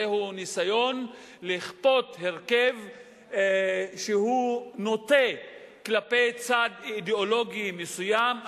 זהו ניסיון לכפות הרכב שנוטה כלפי צד אידיאולוגי מסוים,